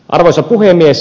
arvoisa puhemies